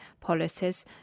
policies